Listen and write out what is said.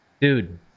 Dude